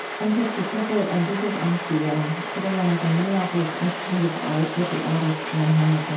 i'm krista tippett and this is on being. today i'm at the minneapolis institute of art with the artist ann hamilton